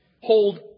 hold